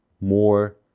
more